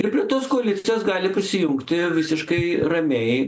ir prie tos koalicijos gali prisijungti visiškai ramiai